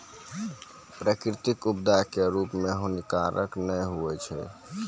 प्राकृतिक उत्पाद कोय रूप म हानिकारक नै होय छै